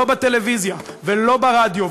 לא בטלוויזיה ולא ברדיו,